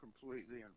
completely